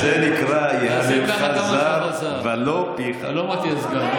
על זה נקרא: יהללך זר ולא פיך.